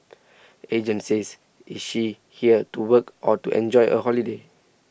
agent says is she here to work or to enjoy a holiday